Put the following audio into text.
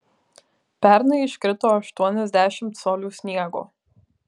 pernai iškrito aštuoniasdešimt colių sniego